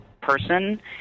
person